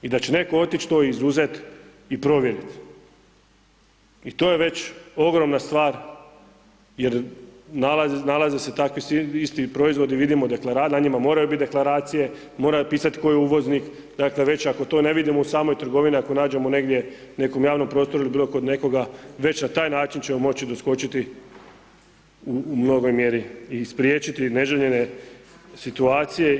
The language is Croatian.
I da će neko otić to izuzet i provjerit i to je već ogromna stvar, jer nalaze se takvi isti proizvodi, vidimo, na njima moraju biti deklaracije, mora pisat tko je uvoznik, dakle već ako to ne vidimo u samoj trgovini, ako nađemo negdje u nekom javnom prostoru ili bilo kod nekoga već na taj način ćemo moći doskočiti u mnogoj mjeri i spriječiti neželjene situacije.